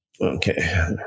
okay